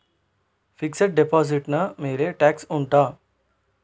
fixed deposit ನ ಮೇಲೆ tax ಉಂಟಾ